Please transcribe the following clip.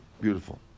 Beautiful